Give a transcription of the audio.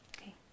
Okay